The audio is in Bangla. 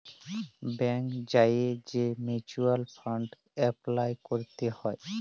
ব্যাংকে যাঁয়ে যে মিউচ্যুয়াল ফাল্ড এপলাই ক্যরতে হ্যয়